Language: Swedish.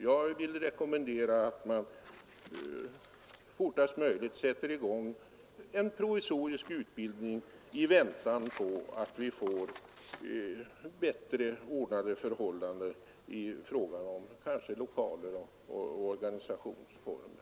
Jag vill därför rekommendera att man fortast möjligt sätter i gång en provisorisk utbildning i väntan på bättre ordnade förhållanden i fråga om lokaler och organisationsformer.